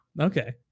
Okay